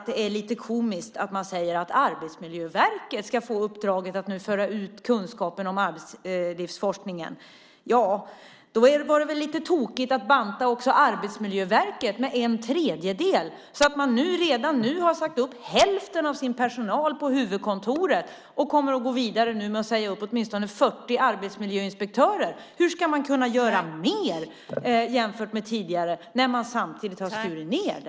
Det är lite komiskt att man säger att Arbetsmiljöverket ska få uppdraget att föra ut kunskapen om arbetslivsforskningen. Då var det väl lite tokigt att banta Arbetsmiljöverket med en tredjedel så att de redan nu har sagt upp hälften av sin personal på huvudkontoret och kommer att gå vidare med att säga upp åtminstone 40 arbetsmiljöinspektörer? Hur ska de kunna göra mer jämfört med tidigare när man samtidigt har skurit ned?